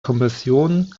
kommission